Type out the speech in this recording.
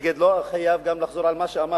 המתנגד גם לא חייב לחזור על מה שאמר